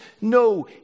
No